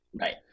Right